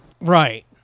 Right